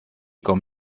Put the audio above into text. con